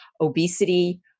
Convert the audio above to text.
obesity